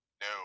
No